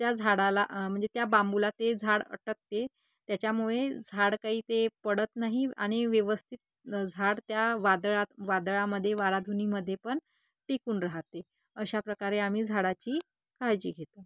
त्या झाडाला म्हणजे त्या बांबूला ते झाड अडकते त्याच्यामुळे झाड काही ते पडत नाही आणि व्यवस्थित झाड त्या वादळात वादळामध्ये वाराधुनीमध्ये पण टिकून राहते अशा प्रकारे आम्ही झाडाची काळजी घेतो